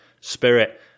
spirit